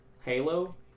Halo